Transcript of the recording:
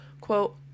Quote